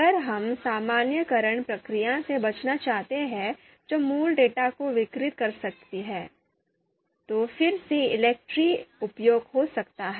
अगर हम सामान्यीकरण प्रक्रिया से बचना चाहते हैं जो मूल डेटा को विकृत कर सकती है तो फिर से ELECTRE उपयुक्त हो सकता है